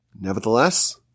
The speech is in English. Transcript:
nevertheless